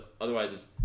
otherwise